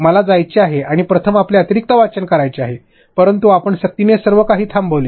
मला जायचे आहे आणि प्रथम आपले अतिरिक्त वाचन वाचायचे आहे परंतु आपण सक्तीने सर्व काही थांबविले